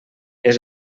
els